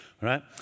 right